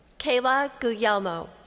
kayla guyelmo.